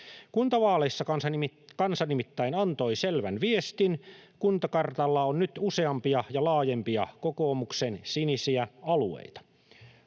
Kuntavaaleissa kansa nimittäin antoi selvän viestin: kuntakartalla on nyt useampia ja laajempia kokoomuksen sinisiä alueita.